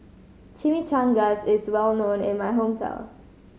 Chimichangas is well known in my hometown